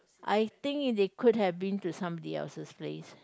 I think they could have been to somebody else's place